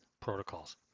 protocols